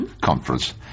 Conference